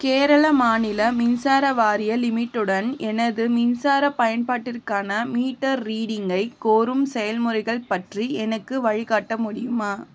கேரள மாநில மின்சார வாரிய லிமிட்டுடன் எனது மின்சார பயன்பாட்டிற்கான மீட்டர் ரீடிங்கைக் கோரும் செயல்முறைகள் பற்றி எனக்கு வழிகாட்ட முடியுமா